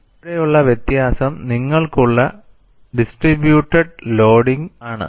ഇവിടെയുള്ള വ്യത്യാസം നിങ്ങൾക്കുള്ള ഡിസ്ട്രിബ്യുറ്റെഡ് ലോഡിംഗ് ആണ്